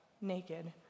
naked